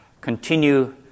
continue